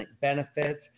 benefits